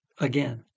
again